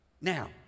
now